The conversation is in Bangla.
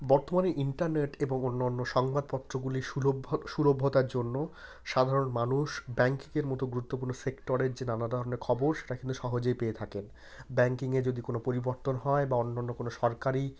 বর্তমানে ইন্টারনেট এবং অন্য অন্য সংবাদপত্রগুলি সুলভ্য সুলভ্যতার জন্য সাধারণ মানুষ ব্যাংকিংয়ের মতো গুরুত্বপূর্ণ সেক্টরের যে নানা ধরনের খবর সেটা কিন্তু সহজেই পেয়ে থাকেন ব্যাংকিংয়ের যদি কোনো পরিবর্তন হয় বা অন্যান্য কোনো সরকারি